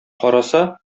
караса